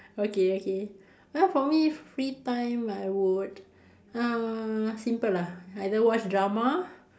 okay okay uh for me free time I would uh simple lah either watch drama